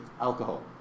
alcohol